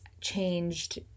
changed